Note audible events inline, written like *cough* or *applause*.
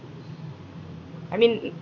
I mean *noise*